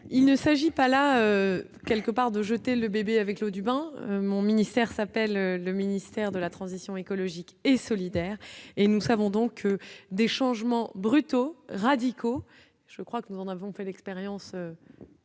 il ne s'agit pas là. Quelque part, de jeter le bébé avec l'eau du bain mon ministère s'appelle le ministère de la transition écologique et solidaire, et nous savons donc des changements brutaux radicaux, je crois que nous en avons fait l'expérience